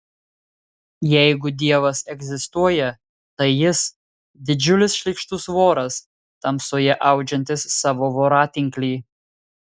jeigu dievas egzistuoja tai jis didžiulis šlykštus voras tamsoje audžiantis savo voratinklį